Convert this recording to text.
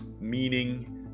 meaning